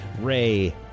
Ray